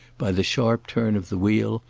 by the sharp turn of the wheel,